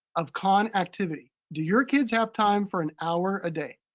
of khan activity. do your kids have time for an hour a day?